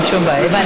אין שום בעיה.